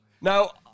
Now